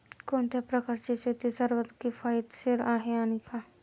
कोणत्या प्रकारची शेती सर्वात किफायतशीर आहे आणि का?